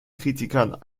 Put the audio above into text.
kritikern